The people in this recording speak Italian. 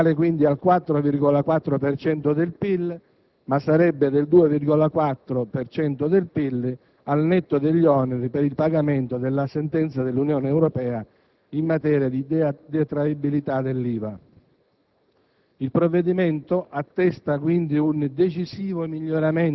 Complessivamente l'indebitamento netto delle pubbliche amministrazioni sale quindi al 4,4 per cento del PIL, ma sarebbe del 2,4 per cento del PIL al netto degli oneri per il pagamento della sentenza dell'Unione europea in materia di detraibilità dell'IVA.